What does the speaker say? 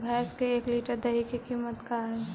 भैंस के एक लीटर दही के कीमत का है?